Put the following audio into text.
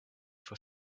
for